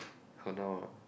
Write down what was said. !han noh!